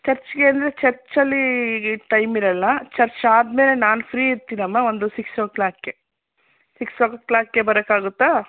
ಚರ್ಚಗೆ ಅಂದ್ರೆ ಚರ್ಚ್ಲ್ಲಿ ಈಗ ಟೈಮ್ ಇರೊಲ್ಲ ಚರ್ಚ್ ಆಮೇಲೆ ನಾನು ಫ್ರೀ ಇರ್ತೀನಮ್ಮ ಒಂದು ಸಿಕ್ಸ್ ಒ ಕ್ಲಾಕ್ಗೆ ಸಿಕ್ಸ್ ಒ ಕ್ಲಾಕ್ಗೆ ಬರೋಕಾಗುತ್ತಾ